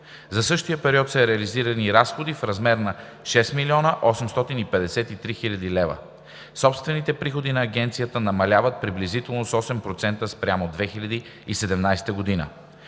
За същия период са реализирани разходи в размер на 6 853 000 лв. Собствените приходи на Агенцията намаляват приблизително с 8% спрямо 2017 г.